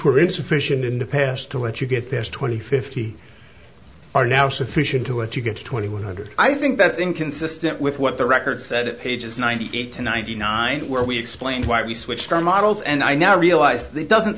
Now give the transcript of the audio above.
were insufficient in the past to let you get this twenty fifty are now sufficient to what you get to twenty one hundred i think that's inconsistent with what the record said at pages ninety eight to ninety nine where we explained why we switched our models and i now realize the doesn't